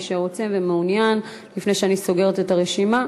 מי שרוצה ומעוניין לפני שאני סוגרת את הרשימה,